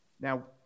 Now